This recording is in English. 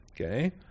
okay